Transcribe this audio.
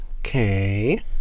okay